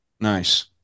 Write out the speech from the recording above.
nice